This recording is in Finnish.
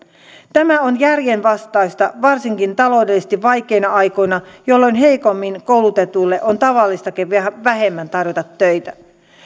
tämä on järjenvastaista varsinkin taloudellisesti vaikeina aikoina jolloin heikommin koulutetuille on tavallistakin vähemmän tarjota töitä